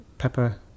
Pepper